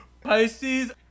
Pisces